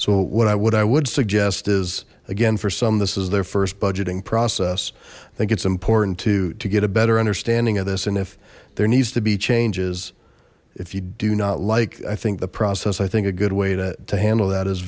so what i would i would suggest is again for some this is their first budgeting process i think it's important to to get a better understanding of this and if there needs to be changes if you do not like i think the process i think a good way to handle that